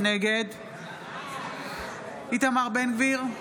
נגד איתמר בן גביר,